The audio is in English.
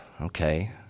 Okay